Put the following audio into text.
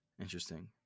Interesting